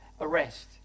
arrest